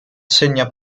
segna